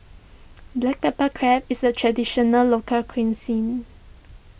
Black Pepper Crab is a Traditional Local Cuisine